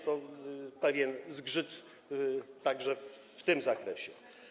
To pewien zgrzyt także w tym zakresie.